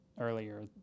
earlier